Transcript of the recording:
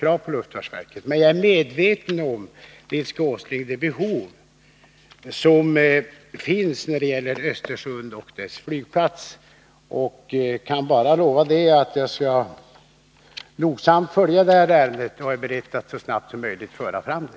Jag är emellertid, Nils Åsling, medveten om det behov som finns när det gäller Östersund och dess flygplats, men jag kan bara lova att jag skall följa ärendet. Jag är beredd att föra fram det så snabbt som möjligt.